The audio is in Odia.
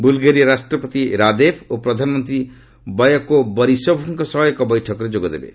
ବୁଲ୍ଗେରିଆ ରାଷ୍ଟ୍ରପତି ରାଦେବ ଓ ପ୍ରଧାନମନ୍ତ୍ରୀ ବୟକୋ ବରିସୋଭ୍ଙ୍କ ସହ ଏକ ବୈଠକରେ ଯୋଗଦେବେ